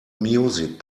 music